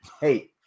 hey